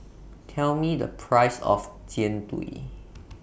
Tell Me The Price of Jian Dui